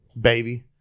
Baby